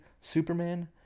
Superman